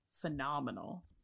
phenomenal